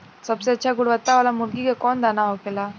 सबसे अच्छा गुणवत्ता वाला मुर्गी के कौन दाना होखेला?